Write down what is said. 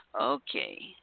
Okay